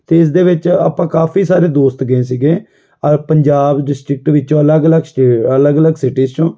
ਅਤੇ ਇਸਦੇ ਵਿੱਚ ਆਪਾਂ ਕਾਫ਼ੀ ਸਾਰੇ ਦੋਸਤ ਗਏ ਸੀਗੇ ਔਰ ਪੰਜਾਬ ਡਿਸਟਰਿਕਟ ਵਿੱਚੋਂ ਅਲੱਗ ਅਲੱਗ ਸਟੇ ਅਲੱਗ ਅਲੱਗ ਸਿਟੀਸ ਚੋਂ